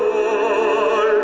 or